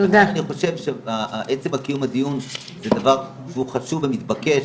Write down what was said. אני חושב שעצם קיום הדיון הוא דבר חשוב ומתבקש.